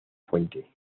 fuente